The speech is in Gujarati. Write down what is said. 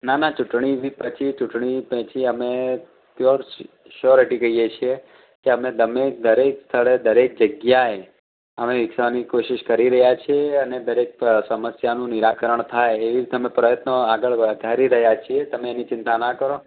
ના ના ચૂંટણી ભી પછી ચૂંટણી પછી પછી અમે પ્યો સ્યોરિટી કહીએ છે કે અમે દમે દરેક સ્થળે દરેક જગ્યાએ અમે વિકસાવાની કોશિશ કરી રહ્યા છીએ અને દરેક સમસ્યાનું નિરાકરણ થાય એવી રીતે અમે પ્રયત્નો આગળ વધારી રહ્યા છીએ તમે તેની ચિંતા ના કરો